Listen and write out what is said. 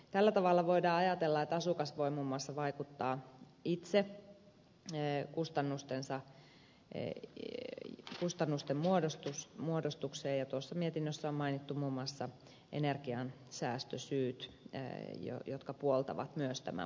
tällä tavalla voidaan ajatella että asukas voi muun muassa vaikuttaa itse kustannusten muodostukseen ja tuossa mietinnössä on mainittu muun muassa energiansäästösyyt jotka puoltavat myös tämän muutoksen tekemistä